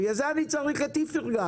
בגלל זה אני צריך את איפרגן,